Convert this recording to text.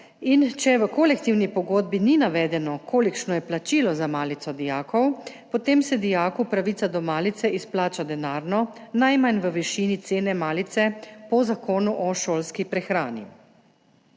in če v kolektivni pogodbi ni navedeno, kolikšno je plačilo za malico dijakov, potem se dijaku pravica do malice izplača denarno najmanj v višini cene malice po Zakonu o šolski prehrani.